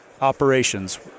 Operations